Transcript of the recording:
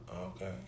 Okay